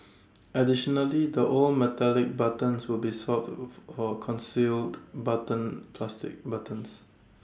additionally the old metallic buttons will be swapped out for concealed button plastic buttons